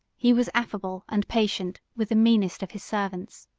he was affable and patient with the meanest of his servants.